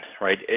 right